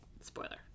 spoiler